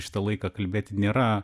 šitą laiką kalbėti nėra